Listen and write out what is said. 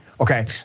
okay